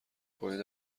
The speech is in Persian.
کنید